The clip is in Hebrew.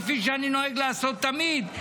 כפי שאני נוהג לעשות תמיד,